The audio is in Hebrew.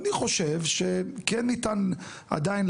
אני חושב שכן ניתן עדיין,